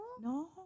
No